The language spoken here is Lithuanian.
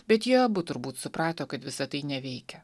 bet jie abu turbūt suprato kad visa tai neveikia